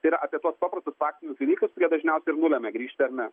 ir apie tuos paprastus faktinius dalykus jie dažniausiai ir nulemia grįžti ar ne